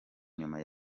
nyuma